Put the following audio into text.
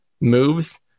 moves